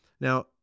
Now